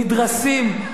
נדרסים,